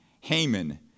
Haman